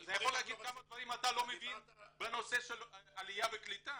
אני יכולה להגיד כמה דברים אתה לא מבין בנושא של עליה וקליטה.